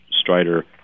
Strider